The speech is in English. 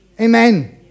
Amen